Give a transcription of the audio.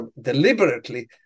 deliberately